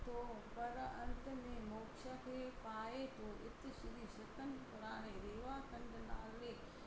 थो पर अंत में मोक्ष खे पाए थो इत श्री सतन पुराणे रेवा खंड नाले